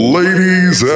ladies